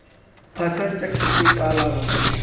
फसल चक्र से का लाभ होखेला?